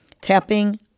tapping